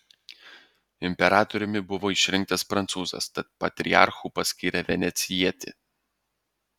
imperatoriumi buvo išrinktas prancūzas tad patriarchu paskyrė venecijietį